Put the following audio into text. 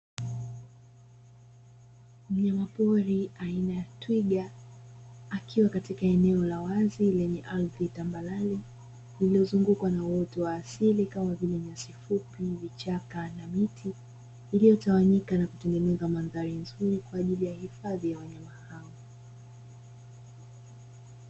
Mnyamapori aina ya twiga akiwa katika eneo la wazi lenye ardhi ya tambarare lililozungukwa na uoto wa asili kama vile: nyasi fupi, vichaka na miti iliyotawanyika na kutengeneza mandhari nzuri kwa ajili ya hifadhi ya wanyama hao.